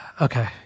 Okay